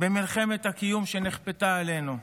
במלחמת הקיום שנכפתה עלינו?